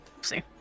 See